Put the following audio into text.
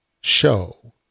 show